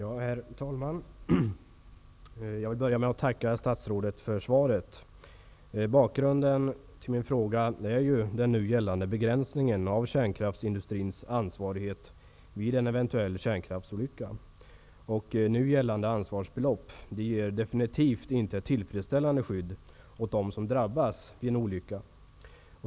Herr talman! Jag vill börja med att tacka statsrådet för svaret. Bakgrunden till min fråga är den nu gällande begränsningen av kärnkraftsindustrins ansvar vid en eventuell kärnkraftsolycka. Nu gällande ansvarsbelopp ger definitivt inte tillfredsställande skydd åt dem som drabbas vid en olycka.